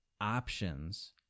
options